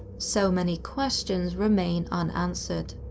so many questions remain unanswered.